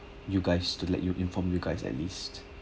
you guys to let you inform you guys at least